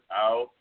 out